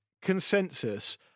consensus